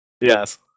Yes